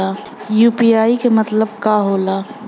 UPI के मतलब का होला?